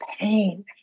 pain